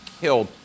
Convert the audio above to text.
killed